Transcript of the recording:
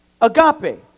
agape